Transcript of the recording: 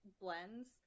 blends